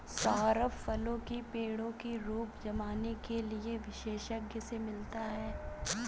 सौरभ फलों की पेड़ों की रूप जानने के लिए विशेषज्ञ से मिला